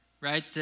right